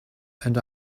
and